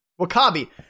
wakabi